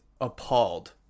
appalled